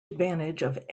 advantage